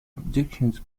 objections